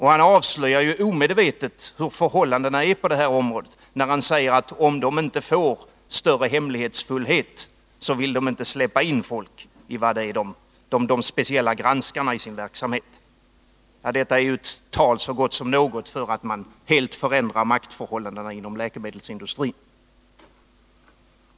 Han avslöjar omedvetet hur förhållandena är på detta område, när han säger att läkemedelsindustrin, om den inte får ägna sig åt större hemlighetsfullhet, inte vill släppa in de speciella granskarna i sin verksamhet. Detta är ett tal så gott som något för att man helt vill förändra maktförhållandena inom läkemedelsindustrin.